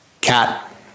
Cat